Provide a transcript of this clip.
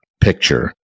picture